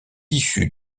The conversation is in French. issu